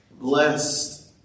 Blessed